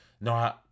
No